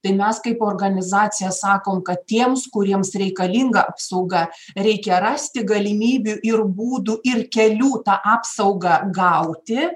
tai mes kaip organizacija sakom kad tiems kuriems reikalinga apsauga reikia rasti galimybių ir būdų ir kelių tą apsaugą gauti